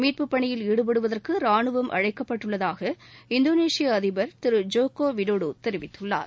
மீட்புப்பணியில் ஈடுபடுவதற்கு ராணுவம் அழைக்கப்பட்டுள்ளதாக இந்தோனேஷிய அதிபர் ஜோகோ விடோடோ தெரிவித்தார்